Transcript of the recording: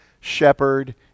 shepherd